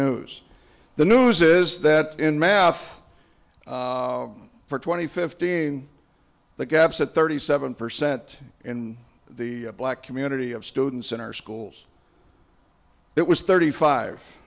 news the news is that in maff for twenty fifteen the gaps at thirty seven percent in the black community of students in our schools it was thirty five